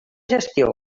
gestió